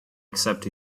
accept